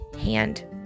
hand